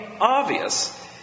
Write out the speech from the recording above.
obvious